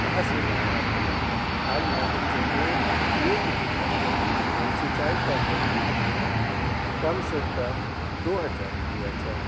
कहाँ से लाएगा उतना आज मान के चलिए एक बीघा जमीन को सिंचाई करने के लिए कम से कम दो हजार रुपया चाहिए